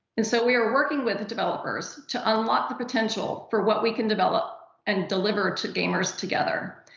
and so we are working with the developers to unlock the potential for what we can develop and deliver to gamers together.